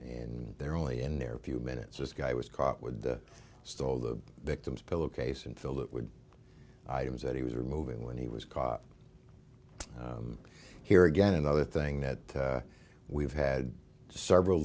and they're only in their few minutes just guy was caught with the stall the victim's pillowcase until that would items that he was removing when he was caught here again another thing that we've had several